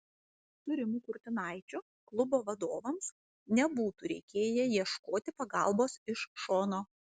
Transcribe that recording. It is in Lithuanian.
su rimu kurtinaičiu klubo vadovams nebūtų reikėję ieškoti pagalbos iš šono